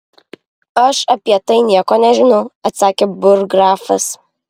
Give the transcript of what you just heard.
aš apie tai nieko nežinau atsakė burggrafas